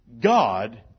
God